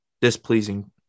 displeasing